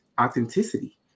authenticity